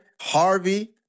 Harvey